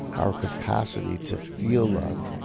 our capacity to feel love.